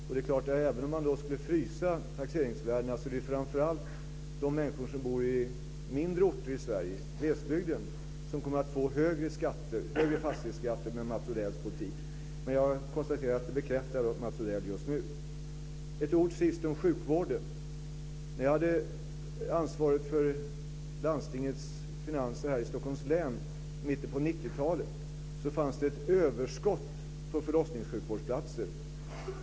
Även om taxeringsvärdena skulle frysas är det framför allt de människor som bor i mindre orter i Sverige, i glesbygden, som kommer att få högre fastighetsskatter med Mats Odells politik. Jag konstaterar att Mats Odell nu bekräftar detta. Till sist ett ord om sjukvården. När jag hade ansvaret för landstingets finanser i Stockholms län i mitten av 90-talet fanns det ett överskott på förlossningssjukvårdsplatser.